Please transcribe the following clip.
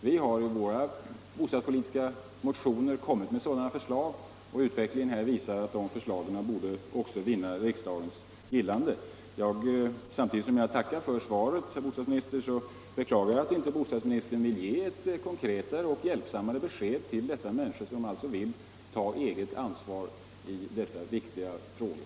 Vi har i våra bostadspolitiska motioner lagt fram förslag till lösningar i linje med dessa önskemål, och den pågående utvecklingen visar att de förslagen borde vinna riksdagens gillande. Samtidigt som jag tackar för svaret, herr bostadsminister, beklagar jag att inte bostadsministern vill ge ett mer konkret och positivt besked till dessa människor, som vill ta eget ansvar i dessa viktiga frågor.